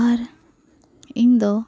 ᱟᱨ ᱤᱧ ᱫᱚ